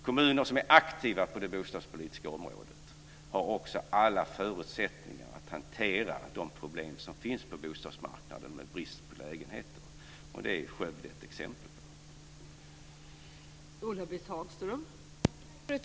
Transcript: Kommuner som är aktiva på det bostadspolitiska området har också alla förutsättningar att hantera de problem som finns på bostadsmarknaden med brist på lägenheter, och det är ju Skövde ett exempel på.